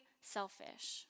selfish